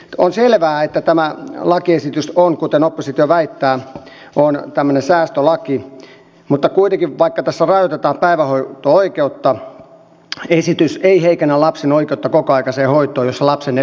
on selvää että tämä lakiesitys on kuten oppositio väittää tämmöinen säästölaki mutta kuitenkaan vaikka tässä rajoitetaan päivähoito oikeutta esitys ei heikennä lapsen oikeutta kokoaikaiseen hoitoon jos lapsen etu sitä vaatii